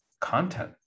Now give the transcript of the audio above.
content